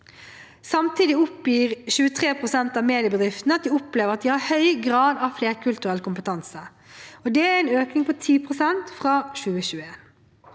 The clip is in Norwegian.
Samtidig oppgir 23 pst. av mediebedriftene at de opplever at de har høy grad av flerkulturell kompetanse. Det er en økning på 10